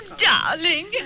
darling